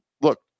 look